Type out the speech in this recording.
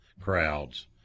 crowds